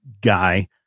guy